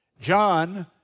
John